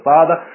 Father